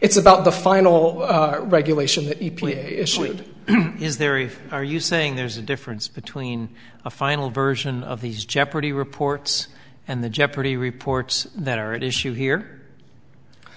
it's about the final regulation issued is there are you saying there's a difference between a final version of these jeopardy reports and the jeopardy reports that are at issue here